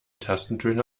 tastentöne